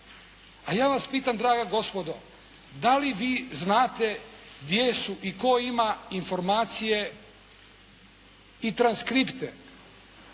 A ja vas pitam draga gospodo da li vi znate gdje su i tko ima informacije i transkripte